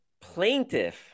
plaintiff